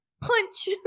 punch